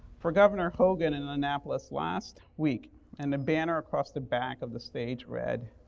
for governor hogan in annapolis last week and a banner across the back of the stage read,